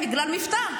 בגלל המבטא.